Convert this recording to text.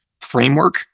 framework